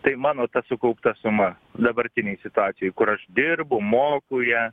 tai mano ta sukaupta suma dabartinėj situacijoj kur aš dirbu moku ją